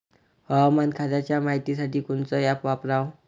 हवामान खात्याच्या मायतीसाठी कोनचं ॲप वापराव?